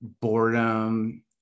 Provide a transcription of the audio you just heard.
boredom